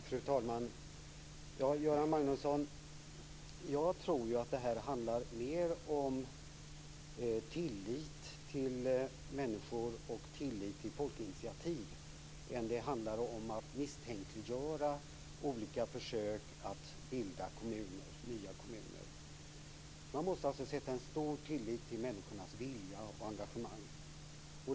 Fru talman! Jag tror att det här handlar mer om tillit till människor och till folkliga initiativ än om misstänkliggörande av försök att bilda nya kommuner. Man måste visa stor tillit till människornas vilja och engagemang.